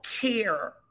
care